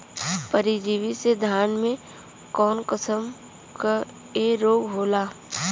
परजीवी से धान में कऊन कसम के रोग होला?